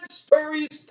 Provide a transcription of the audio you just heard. stories